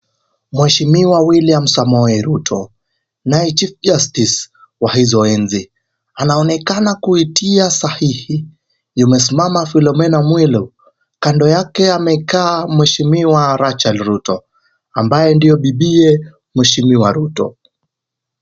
Mheshimiwa William Samoei Ruto naye chief justice wa hizo enzi. Anaonekana kuitia sahihi. Yumesimama Philomena Mwilu. Kando yake amekaa mheshimiwa Rachae Ruto, ambaye ndio bibiye mheshimiwa Ruto.